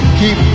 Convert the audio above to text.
keep